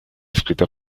escrita